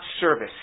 service